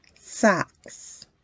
socks